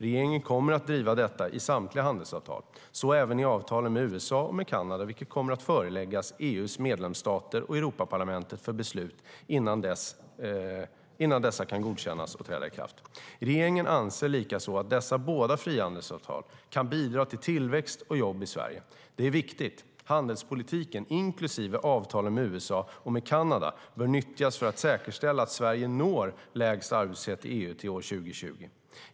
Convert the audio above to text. Regeringen kommer att driva detta i samtliga handelsavtal, så även i avtalen med USA och med Kanada vilka kommer att föreläggas EU:s medlemsstater och Europaparlamentet för beslut innan dessa kan godkännas och träda i kraft. Regeringen anser likaså att dessa båda frihandelsavtal kan bidra till tillväxt och jobb i Sverige. Det är viktigt. Handelspolitiken, inklusive avtalen med USA och med Kanada, bör nyttjas för att säkerställa att Sverige når lägst arbetslöshet i EU till år 2020.